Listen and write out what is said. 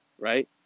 right